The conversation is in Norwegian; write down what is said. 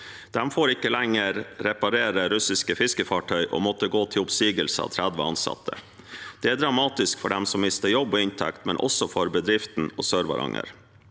De får ikke lenger reparere russiske fiskefartøy og måtte gå til oppsigelse av 30 ansatte. Det er dramatisk for dem som mister jobb og inntekt, men også for bedriften og Sør-Varanger.